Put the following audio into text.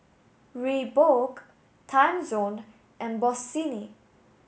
Reebok Timezone and Bossini